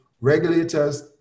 regulators